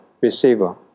receiver